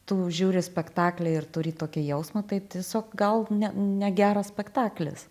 tu žiūri spektaklį ir turi tokį jausmą tai tiesiog gal ne negeras spektaklis